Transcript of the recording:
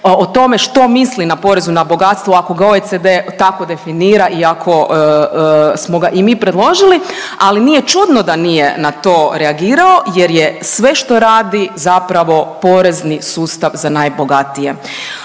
o tome što misli na porezu na bogatstvo ako ga OECD tako definira i ako smo ga i mi predložili. Ali nije čudno da nije na to reagirao, jer je sve što radi zapravo porezni sustav za najbogatije.